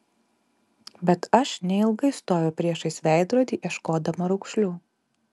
bet aš neilgai stoviu priešais veidrodį ieškodama raukšlių